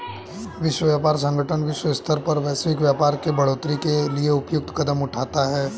विश्व व्यापार संगठन विश्व स्तर पर वैश्विक व्यापार के बढ़ोतरी के लिए उपयुक्त कदम उठाता है